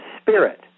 spirit